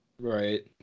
Right